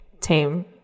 team